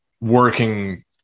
working